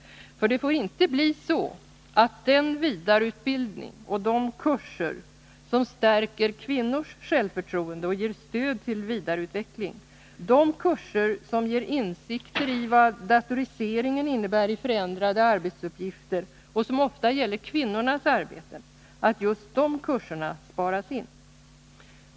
Det får inte bli så, att man spar in just de kurser som stärker kvinnors självförtroende och ger stöd till vidareutbildning, de kurser som ger insikter i vad datoriseringen innebär i förändrade arbetsuppgifter som ofta gäller kvinnornas arbeten.